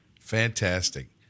Fantastic